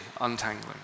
untangling